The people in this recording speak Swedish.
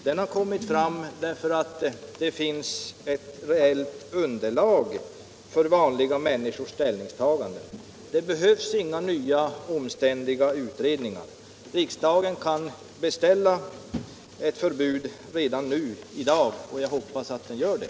Den har kommit fram därför att det finns ett reellt underlag för vanliga människors ställningstagande. Det behövs inga nya omständliga utredningar. Riksdagen kan redan i dag beställa förslag om ett förbud, och jag hoppas att den gör det.